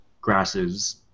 grasses